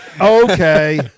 Okay